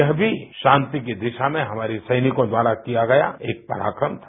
यह भी शांति की दिशा में हमारे सैनिकों द्वारा किया गया एक पराक्रम था